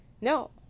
no